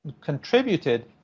contributed